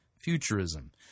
Futurism